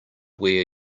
where